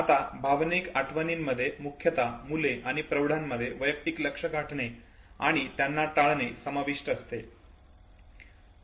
आता भावनिक आठवणींमध्ये मुख्यतः मुले तसेच प्रौढांमध्ये वैयक्तिक लक्ष्य गाठणे आणि त्यांना टाळणे समाविष्ट असते